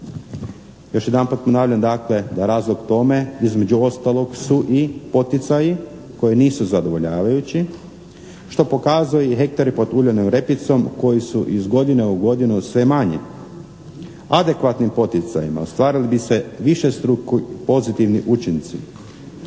Još jedan put ponavljam da razlog tome između ostalog su i poticaji koji nisu zadovoljavajući, što pokazuju hektari pod uljanom repicom koji su iz godine u godinu sve manji. Adekvatnim poticajima ostvarili bi se višestruki pozitivni učinci,